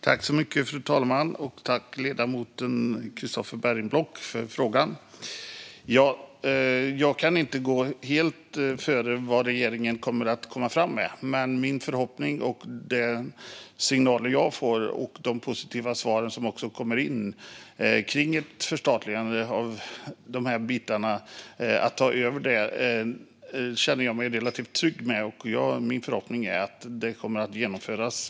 Fru talman! Jag tackar ledamoten Christofer Bergenblock för frågan. Jag kan inte föregripa vad regeringen kommer att komma fram med, men de signaler jag får och de positiva svar som kommer in kring ett förstatligande av dessa bitar känner jag mig relativt trygg med. Min förhoppning är att det kommer att genomföras.